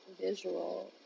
visual